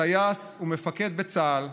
טייס ומפקד בצה"ל,